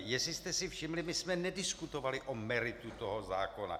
Jestli jste si všimli, my jsme nediskutovali o meritu toho zákona.